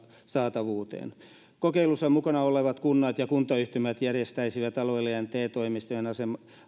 saatavuuteen kokeilussa mukana olevat kunnat ja kuntaryhmät järjestäisivät alueillaan te toimistojen asemesta